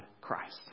Christ